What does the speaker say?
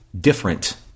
different